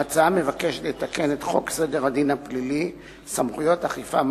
ההצעה מבקשת לתקן את חוק סדר הדין הפלילי (סמכויות אכיפה,